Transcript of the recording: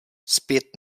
zpět